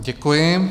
Děkuji.